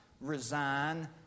resign